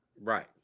right